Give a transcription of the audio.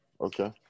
okay